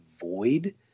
void